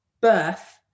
birth